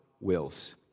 wills